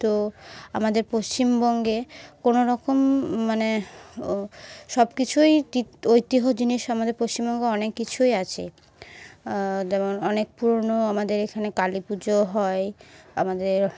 তো আমাদের পশ্চিমবঙ্গে কোনোরকম মানে ও সব কিছুই ঐতিহ্য জিনিস আমাদের পশ্চিমবঙ্গে অনেক কিছুই আছে যেমন অনেক পুরোনো আমাদের এখানে কালী পুজো হয় আমাদের